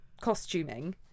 costuming